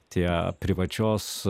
tie privačios